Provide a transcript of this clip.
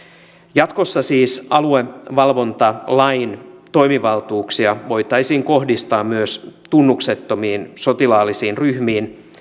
jatkossa siis aluevalvontalain toimivaltuuksia voitaisiin kohdistaa myös tunnuksettomiin sotilaallisiin ryhmiin